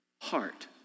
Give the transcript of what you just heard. heart